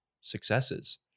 successes